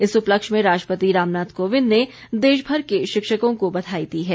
इस उपलक्ष्य में राष्ट्रपति रामनाथ कोविंद ने देश भर के शिक्षकों को बधाई दी है